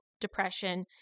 depression